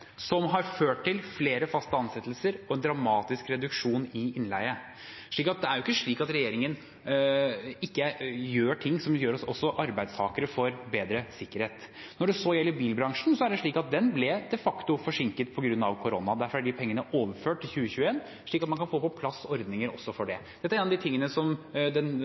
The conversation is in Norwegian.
har ført til flere faste ansettelser og en dramatisk reduksjon i innleie. Det er jo ikke slik at regjeringen ikke gjør ting som gjør at også arbeidstakere får bedre sikkerhet. Når det gjelder bilbransjen, ble den de facto forsinket på grunn av korona. Derfor er de pengene overført til 2021, slik at man kan få på plass ordninger også for den. Dette er en av tingene statsråden jeg er vikar for, har vært opptatt av lenge, og som